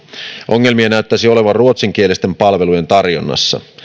ongelmia näyttäisi olevan ruotsinkielisten palvelujen tarjonnassa